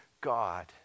God